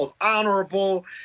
honorable